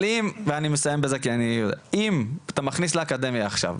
אבל אם אתה מכניס לאקדמיה עכשיו,